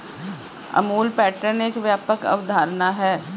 Amul pattern एक व्यापक अवधारणा है